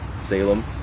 Salem